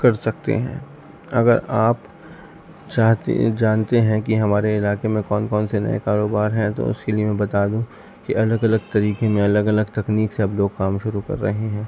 کر سکتے ہیں اگر آپ جانتے ہیں کہ ہمارے علاقے میں کون کون سے نئے کاروبار ہیں تو اس کے لیے میں بتا دوں کہ الگ الگ طریقے میں الگ الگ تکنیک سے اب لوگ کام شروع کر رہے ہیں